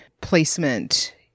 placement